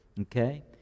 Okay